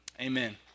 Amen